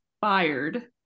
fired